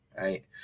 Right